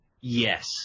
Yes